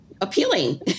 appealing